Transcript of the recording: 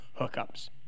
hookups